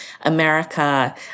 America